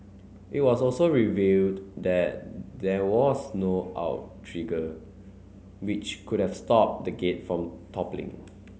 it was also revealed that there was no outrigger which could have stopped the gate from toppling